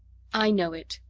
i know it.